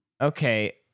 Okay